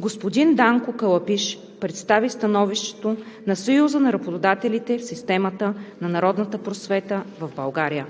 Господин Данко Калапиш представи становището на Съюза на работодателите в системата на народната просвета в България.